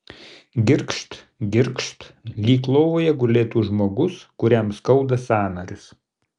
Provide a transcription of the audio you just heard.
girgžt girgžt lyg lovoje gulėtų žmogus kuriam skauda sąnarius